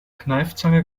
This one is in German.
kneifzange